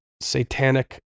satanic